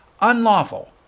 unlawful